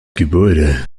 gebäude